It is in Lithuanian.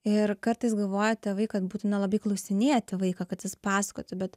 ir kartais galvoja tėvai kad būtina labai klausinėti vaiką kad jis pasakotų bet